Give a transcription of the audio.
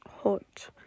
hot